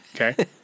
Okay